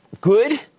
good